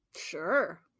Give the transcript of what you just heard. sure